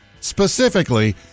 specifically